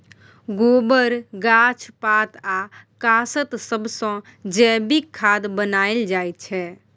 गोबर, गाछ पात आ कासत सबसँ जैबिक खाद बनाएल जाइ छै